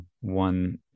one